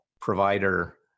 provider